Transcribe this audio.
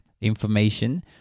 information